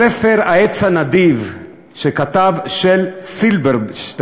בספר "העץ הנדיב", שכתב של סילברסטיין,